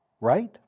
right